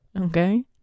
okay